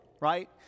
right